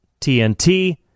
TNT